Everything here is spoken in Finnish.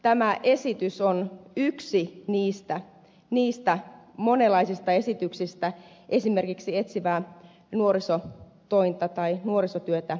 tämä esitys on yksi monenlaisista esityksistä esimerkiksi etsivää nuorisotointa tai nuorisotyötä kohtaan